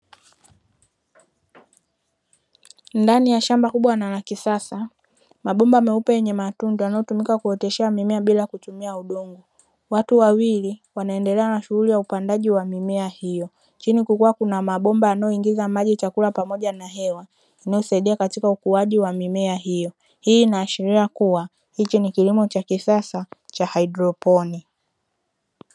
Ndani ya shamba kubwa na la kisasa, mabomba meupe yenye matundu yanayotumika kuoteshea mimea bila kutumia udongo. Watu wawili wanaendelea na shughuli ya upandaji wa mimea hiyo, chini kukiwa kuna mabomba yanayoingiza maji, chakula pamoja na hewa inayosaidia katika ukuaji wa mimea hiyo. Hii inaashiria kuwa hiki ni kilimo cha kisasa cha haidroponi.